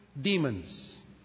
demons